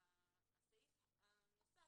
הסעיף הנוסף,